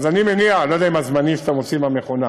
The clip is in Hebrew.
אני לא יודע אם הזמני שאתה מוציא מהמכונה,